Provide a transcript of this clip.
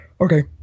Okay